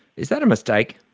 is that a mistake?